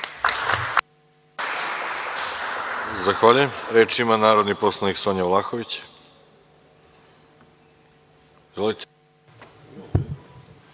Zahvaljujem. Reč ima narodni poslanik …(Sonja Vlahović,